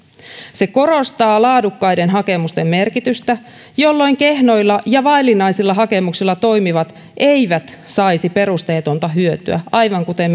ne korostavat laadukkaiden hakemusten merkitystä jolloin kehnoilla ja vaillinaisilla hakemuksilla toimivat eivät saisi perusteetonta hyötyä aivan kuten